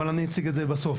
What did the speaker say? אבל אני אציג את זה בסוף,